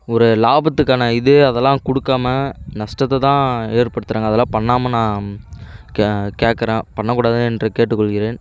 ஒரு லாபத்துக்கான இது அதெல்லாம் கொடுக்காம நஷ்டத்தை தான் ஏற்படுத்துகிறாங்க அதெல்லாம் பண்ணாமல் நாம் கே கேட்கறேன் பண்ணக்கூடாது என்று கேட்டுக்கொள்கிறேன்